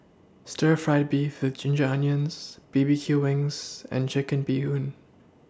Stir Fried Beef with Ginger Onions B B Q Wings and Chicken Bee Hoon